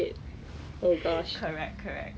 很像 buttery taste